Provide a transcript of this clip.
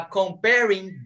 comparing